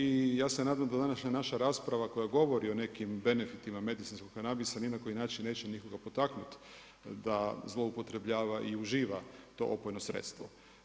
I ja se nadam da današnja naša rasprava koja govori o nekim benefitima medicinskog kanabisa ni na koji način neće nikoga potaknuti da zloupotrebljava i uživa to opojno sredstvo.